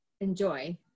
enjoy